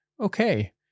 Okay